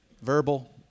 verbal